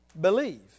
believe